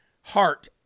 heart